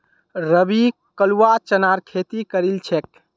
रवि कलवा चनार खेती करील छेक